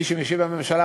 מי שמשיב מהממשלה,